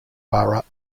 borough